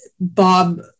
bob